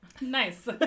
Nice